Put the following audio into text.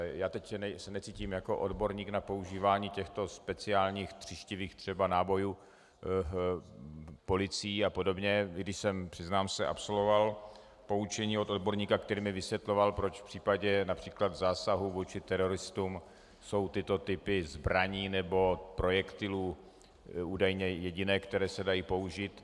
Já se teď necítím jako odborník na používání těchto speciálních tříštivých třeba nábojů policií a podobně, i když jsem, přiznám se, absolvoval poučení od odborníka, který mi vysvětloval, proč v případě například zásahu vůči teroristům jsou tyto typy zbraní nebo projektilů údajně jediné, které se dají použít.